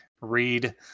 read